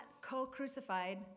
co-crucified